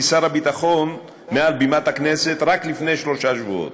רק לפני שלושה שבועות.